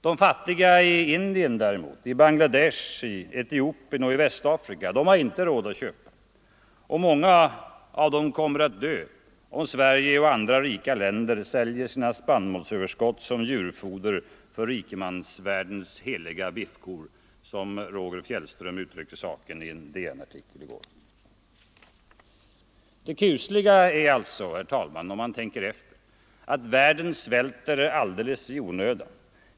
De fattiga i Indien, Bangladesh, Etiopien och Västafrika däremot har inte råd att köpa, och många av dem kommer att dö om Sverige och andra rika länder säljer sina spannmålsöverskott som djurfoder för rikemansvärldens heliga biffkor, som Roger Fjellström uttryckte saken i en DN-artikel i går. Herr talman! Det kusliga är alltså, om man tänker efter, att världen svälter alldeles i onödan.